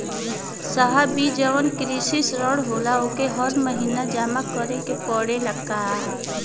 साहब ई जवन कृषि ऋण होला ओके हर महिना जमा करे के पणेला का?